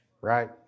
right